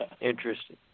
Interesting